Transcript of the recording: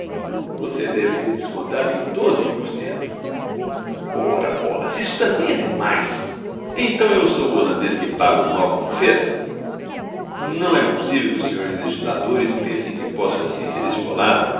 você deve ser descontado em doze por cento ora bolas isto também é demais então eu sou o holandês que paga o mal que não fez não é possível que os senhores legisladores pensem que posso assim ser esfolado